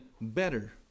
better